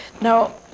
Now